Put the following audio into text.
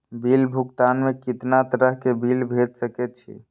Bill भुगतान में कितना तरह के बिल भेज सके छी?